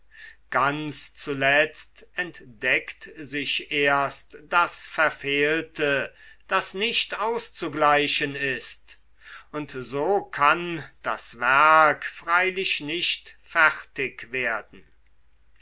ganz zuletzt entdeckt sich erst das verfehlte das nicht auszugleichen ist und so kann das werk freilich nicht fertig werden